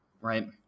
right